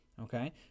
okay